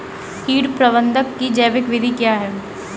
कीट प्रबंधक की जैविक विधि क्या है?